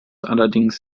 allerdings